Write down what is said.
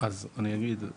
אז אני אגיד,